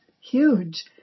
huge